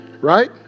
Right